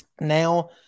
now